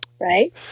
right